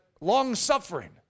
long-suffering